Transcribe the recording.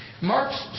Mark's